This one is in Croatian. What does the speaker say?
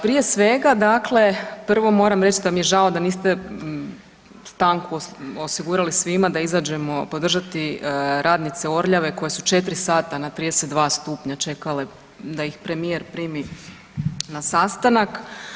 Prije svega dakle prvo moram reći da mi je žao da niste stanku osigurali svima da izađemo podržati radnice „Orljave“ koje su četiri sata na 32 stupnja čekale da ih premijer primi na sastanak.